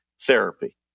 therapy